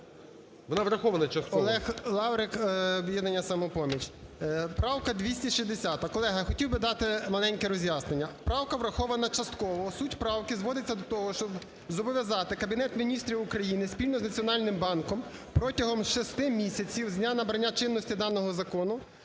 Вона врахована частково. 17:02:51 ЛАВРИК О.В. Олег Лаврик, "Об'єднання "Самопоміч". Правка 260, колеги, хотів би дати маленьке роз'яснення. Правка врахована частково, суть правки зводиться до того, щоб зобов'язати Кабінет Міністрів України спільно з Національним банком протягом шести місяців з дня набрання чинності даного закону